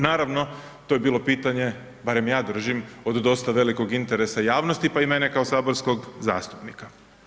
Naravno, to je bilo pitanje, barem ja držim od dosta velikog interesa javnosti pa i mene kao saborskog zastupnika.